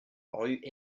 rue